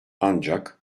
ancak